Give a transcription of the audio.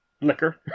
liquor